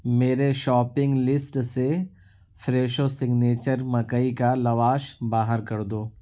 میرے shopping list سے Fresho signature مکئی کا لواش باہر کر دو